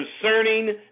concerning